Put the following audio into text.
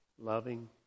Loving